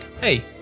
Hey